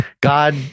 God